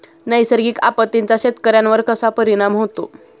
नैसर्गिक आपत्तींचा शेतकऱ्यांवर कसा परिणाम होतो?